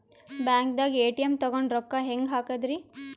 ಬ್ಯಾಂಕ್ದಾಗ ಎ.ಟಿ.ಎಂ ತಗೊಂಡ್ ರೊಕ್ಕ ಹೆಂಗ್ ಹಾಕದ್ರಿ?